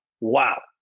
wow